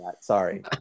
Sorry